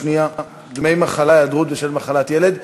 דמי מחלה (היעדרות בשל מחלת ילד).